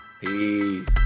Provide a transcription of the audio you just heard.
Peace